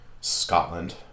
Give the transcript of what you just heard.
Scotland